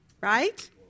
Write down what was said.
right